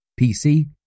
PC